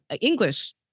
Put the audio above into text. English